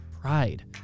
pride